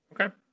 Okay